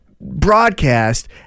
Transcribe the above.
broadcast